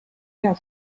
hea